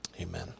Amen